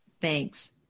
thanks